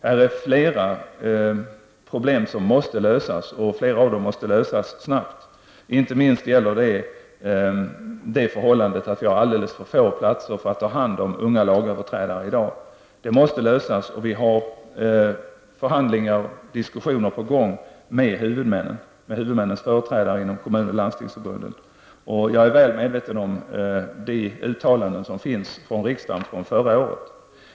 Här finns flera problem som måste lösas, och många av dem måste lösas snabbt. Inte minst gäller detta att vi i dag har alldeles för få platser för att ta hand om unga lagöverträdare. Det problemet måste lösas, och förhandlingar och diskussioner är på gång med huvudmännens företrädare inom kommun och landstingsförbunden. Jag är väl medveten om riksdagens uttalande förra året.